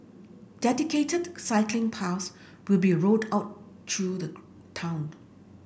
dedicated cycling path will be rolled out through the town